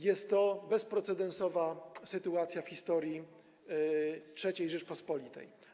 Jest to bezprecedensowa sytuacja w historii III Rzeczypospolitej.